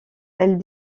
elles